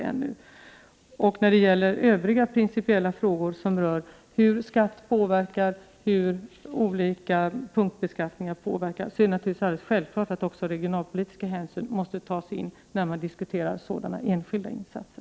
Det är självklart att regionalpolitisk hänsyn måste tas när man diskuterar sådana enskilda insatser som hur skatten och olika punktskatter påverkar.